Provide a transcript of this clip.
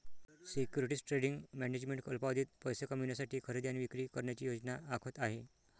securities trading management अल्पावधीत पैसे कमविण्यासाठी खरेदी आणि विक्री करण्याची योजना आखत आहे